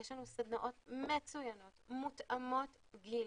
יש לנו סדנאות מצוינות מותאמות גיל.